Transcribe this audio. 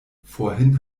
vorhin